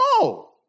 No